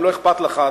אם לא אכפת לך,